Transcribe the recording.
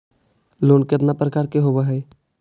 Loan केतना प्रकार के होव हइ?